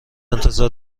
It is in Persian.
انتظار